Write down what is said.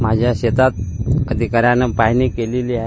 माझ्या शेतात अधिकाऱ्यानं पाहणी केलेली आहे